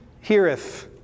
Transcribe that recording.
heareth